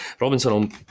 Robinson